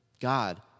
God